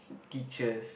teachers